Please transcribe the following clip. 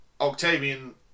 Octavian